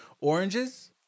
Oranges